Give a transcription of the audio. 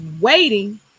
waiting